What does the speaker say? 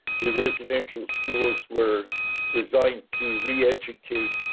the residential schools were designed to re educate